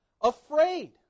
afraid